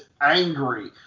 angry